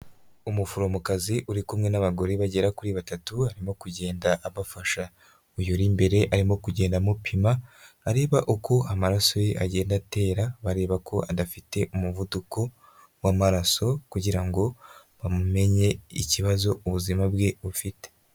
Umuforomokazi uri kumwe n'abagore bagera kuri batatu arimo kugenda abafasha, uyu uri ibere arimo kugenda amupima areba uko amaraso ye agenda atera bareba ko adafite umuvuduko w'amaraso kugira ngo bamenye ikibazo ubuzima bwe bufite.